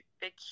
big